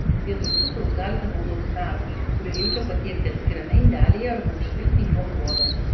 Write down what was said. vietoj cukraus galite naudoti medų kurį reikia patiekti atskirame indelyje arba užpilti juo uogas